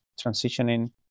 transitioning